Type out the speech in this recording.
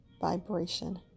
vibration